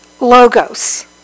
logos